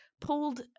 pulled